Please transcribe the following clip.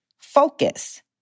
Focus